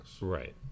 Right